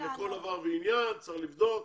לכל דבר ועניין וצריך לבדוק,